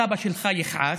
הסבא שלך יכעס.